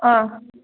ꯑꯥ